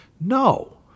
No